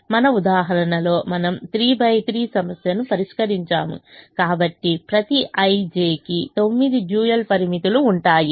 మన ఉదాహరణలో మనము 3 బై 3 సమస్యను పరిష్కరించాము కాబట్టి ప్రతి i j కి 9 డ్యూయల్ పరిమితులు ఉంటాయి